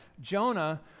Jonah